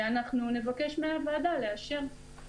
אנחנו מבקשים מהוועדה לאשר את התיקון.